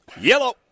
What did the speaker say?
Yellow